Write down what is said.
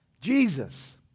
Jesus